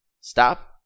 stop